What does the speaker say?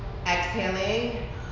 Exhaling